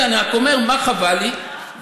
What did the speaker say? אני רק אומר מה חבל לי,